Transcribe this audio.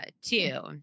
Two